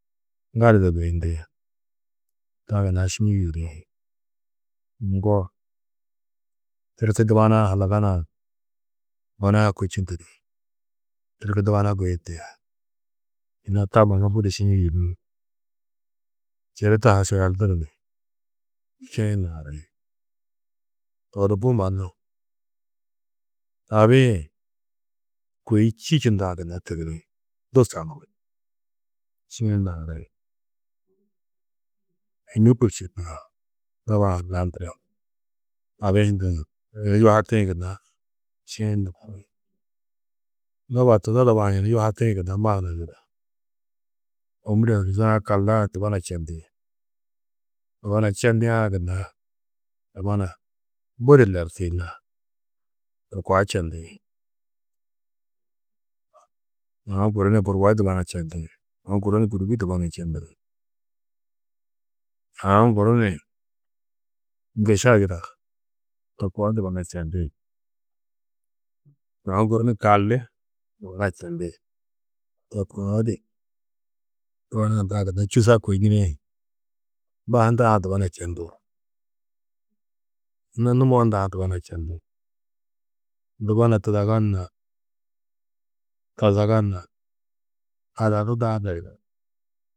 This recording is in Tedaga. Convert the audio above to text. Gali du guyindi taa gunna šiĩ yûduri. Ŋgo tirki dubana-ã hallagana-ã gona-ã kôčundu ni tirki dubana guyindi. Yina taa mannu budi šiĩ yûduri, širita-ã šeelduru ni šiĩ naari. To di bu mannu abi-ĩ kôi čî čindã gunna tigiri, du čaŋuri šiĩ naari. Hîmmi, doba-ã ni landiri abi hundu ni, yunu yuhatĩ gunna šiĩ naari. Doba-ã, tudo doba-ã yunu yuhatĩ gunna mannu yire. Ômure ôguzaa kalla-ã dubana čendi. Dubana čindiã gunna dubana budi lertiyunno to kua čendi. Aũ guru ni buruwo dubana čendi, aũ guru ni gûrbi dubana čendu ni, aũ guru ni ŋgiša yida to koo dubana čendi, aũ guru ni kalli dubana čendi. To koo di dubana hundã gunna čûsa kôi nirĩ, ba hundã ha dubana čendú, anna numo hundaã dubana čendi. Dubana tudaga na, dazaga na, ada du daardo yugó.